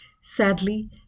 Sadly